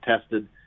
tested